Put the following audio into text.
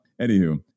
Anywho